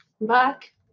back